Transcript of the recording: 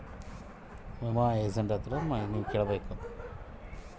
ಸರ್ಕಾರದವರು ನಮ್ಮಂಥ ಬಡವರಿಗಾಗಿ ಕೆಲವು ವಿಮಾ ಯೋಜನೆಗಳನ್ನ ಮಾಡ್ತಾರಂತೆ ಏನಾದರೂ ಮಾಹಿತಿ ಇದ್ದರೆ ಹೇಳ್ತೇರಾ?